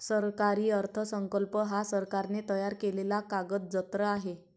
सरकारी अर्थसंकल्प हा सरकारने तयार केलेला कागदजत्र आहे